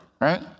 Right